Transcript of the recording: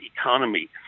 economy